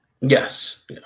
Yes